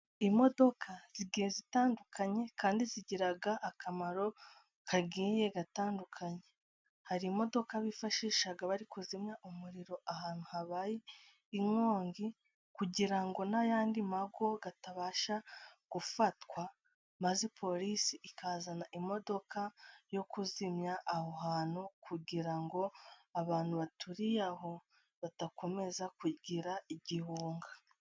Imodoka zigiye zitandukanye kandi zigira akamaro kagiye gatandukanye, hari imodoka bifashisha bari kuzimya umuriro, ahantu habaye inkongi kugira ngo n'ayandi mago atabasha gufatwa, maze polisi ikazana imodoka yo kuzimya aho hantu kugira ngo abantu baturiye aho, badakomeza kugira igihunga.